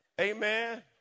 Amen